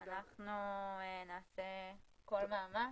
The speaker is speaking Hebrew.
אנחנו נעשה כל מאמץ.